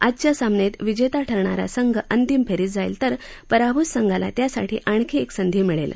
आजच्या सामन्यात विजेता ठरणारा संघ अंतिम फेरीत जाईल तर पराभूत संघाला त्यासाठी आणखी एक संधी मिळेल